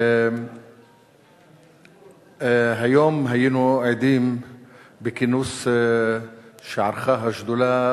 היום היינו עדים בכינוס שערכה השדולה